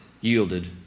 yielded